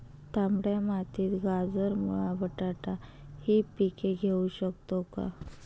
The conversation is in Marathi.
तांबड्या मातीत गाजर, मुळा, बटाटा हि पिके घेऊ शकतो का?